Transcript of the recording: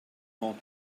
hot